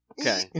okay